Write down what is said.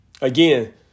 again